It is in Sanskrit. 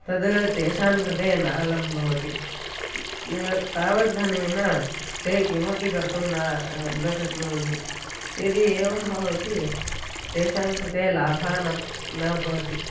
तद् तेषां कृते नालं भवति यत् तावद्धनेन ते किमपि कर्तुं न न शक्नुवन्ति यदि एवं भवति तेषां कृते लाभः न न भवति